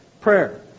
Prayer